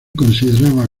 consideraba